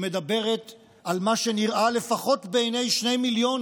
שמדברים על מה שנראה לפחות בעיני 2 מיליון